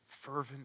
fervent